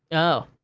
oh.